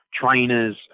trainers